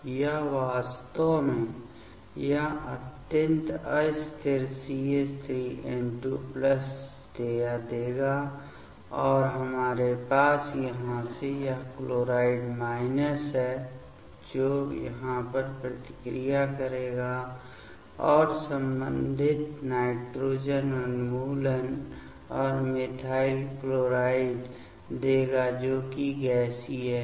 यह वास्तव में यह अत्यंत अस्थिर CH3N2 प्लस यह देगा और हमारे पास यहाँ से यह क्लोराइड माइनस है जो यहां पर प्रतिक्रिया करेगा और संबंधित नाइट्रोजन उन्मूलन और मिथाइल क्लोराइड देगा जो कि गैसीय है